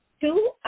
two –